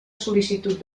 sol·licitud